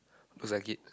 looks like it